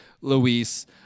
Luis